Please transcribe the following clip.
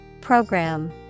Program